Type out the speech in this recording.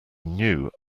knew